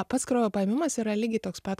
pats kraujo paėmimas yra lygiai toks pat